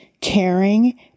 caring